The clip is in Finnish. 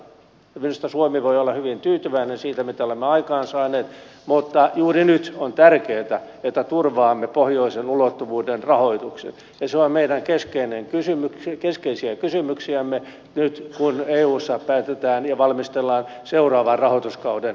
minusta suomi voi olla hyvin tyytyväinen siitä mitä olemme aikaansaaneet mutta juuri nyt on tärkeätä että turvaamme pohjoisen ulottuvuuden rahoituksen ja se on meidän keskeisiä kysymyksiämme nyt kun eussa päätetään ja valmistellaan seuraavan rahoituskauden rahoitusta